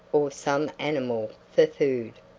or some animal for food.